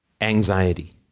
anxiety